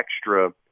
extra